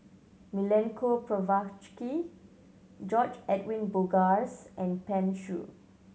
Milenko Prvacki George Edwin Bogaars and Pan Shou